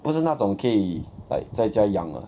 不是那种可以 like 在家养的